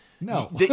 No